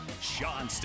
Sean